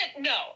no